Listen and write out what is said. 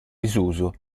disuso